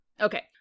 okay